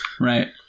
Right